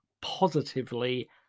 positively